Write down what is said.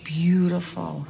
beautiful